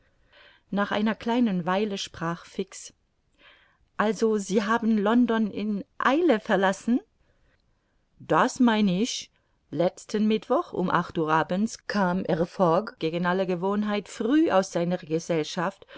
nach einer kleinen weile sprach fix also sie haben london in eile verlassen das mein ich letzten mittwoch um acht uhr abends kam herr fogg gegen alle gewohnheit früh aus seiner gesellschaft